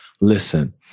listen